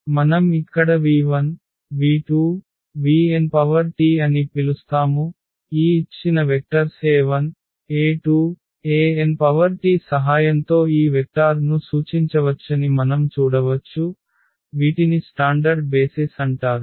మనం ఇక్కడ v1v2vnT అని పిలుస్తాము ఈ ఇచ్చిన వెక్టర్స్ e1e2enT సహాయంతో ఈ వెక్టార్ను సూచించవచ్చని మనం చూడవచ్చు వీటిని స్టాండర్డ్ బేసిస్ అంటారు